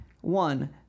One